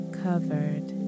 covered